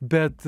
bet